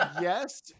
Yes